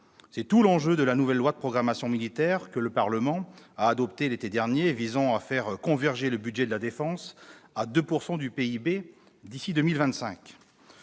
C'est tout l'enjeu de la nouvelle loi de programmation militaire que le Parlement a adoptée l'été dernier, visant à faire converger le budget de la défense à 2 % du PIB d'ici à 2025.